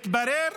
מתברר: